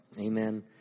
Amen